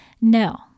No